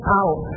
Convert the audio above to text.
out